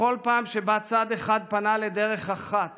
בכל פעם שבה צד אחד פנה לדרך אחת